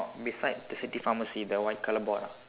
oh beside the city pharmacy the white colour board